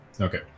Okay